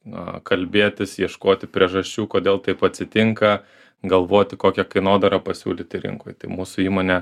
na kalbėtis ieškoti priežasčių kodėl taip atsitinka galvoti kokią kainodarą pasiūlyti rinkoj tai mūsų įmonė